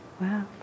Wow